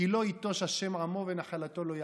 "כי לא יִטֹּשׁ ה' עמו ונחלתו לא יעזֹב"